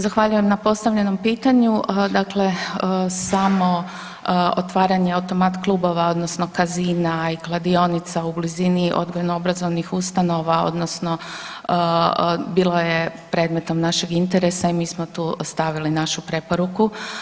Zahvaljujem na postavljenom pitanju, dakle samo otvaranje automat klubova odnosno kazina i kladionica u blizini odgojno obrazovnih ustanova odnosno bilo je predmetom našeg interesa i mi smo tu stavili našu preporuku.